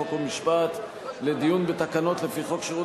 חוק ומשפט לדיון בתקנות לפי חוק שירות